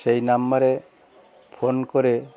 সেই নাম্বারে ফোন করে